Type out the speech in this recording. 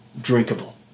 drinkable